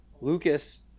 Lucas